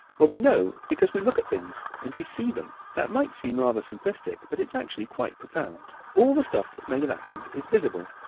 well, we know because we look at things and we see them. that might seem rather simplistic, but it's actually quite profound. all the stuff that's made of atoms is visible.